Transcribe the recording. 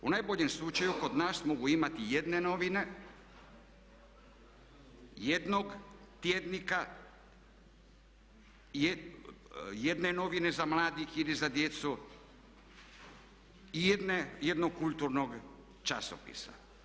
U najboljem slučaju kod nas mogu imati jedne novine, jednog tjednika, jedne novine za mlade ili za djecu i jednog kulturnog časopisa.